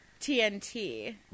TNT